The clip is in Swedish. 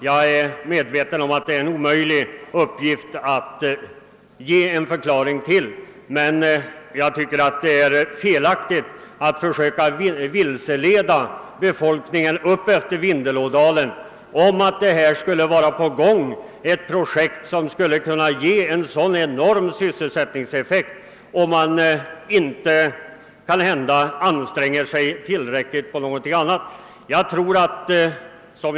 Jag är medveten om att det är en omöjlig uppgift att lämna en förklaring till detta, men det är felaktigt att försöka vilseleda befolkningen utmed Vindelådalen om att man här skulle ha ett projekt på gång, som skulle kunna ge enorm sysselsättning. Med detta projekt för ögonen skulle kanske inte arbetande utredningar anstränga sig i tillräcklig grad för att skaffa fram andra sysselsättningsprojekt.